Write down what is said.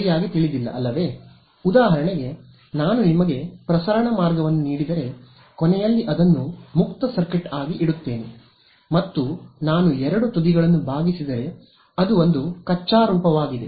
ಸರಿಯಾಗಿ ತಿಳಿದಿಲ ಅಲ್ಲವೇ ಉದಾಹರಣೆಗೆ ನಾನು ನಿಮಗೆ ಪ್ರಸರಣ ಮಾರ್ಗವನ್ನು ನೀಡಿದರೆ ಕೊನೆಯಲ್ಲಿ ಅದನ್ನು ಮುಕ್ತ ಸರ್ಕ್ಯೂಟ್ ಆಗಿ ಇಡುತ್ತೇನೆ ಮತ್ತು ನಾನು ಎರಡು ತುದಿಗಳನ್ನು ಬಾಗಿಸಿದರೆ ಅದು ಒಂದು ಕಚ್ಚಾ ರೂಪವಾಗಿದೆ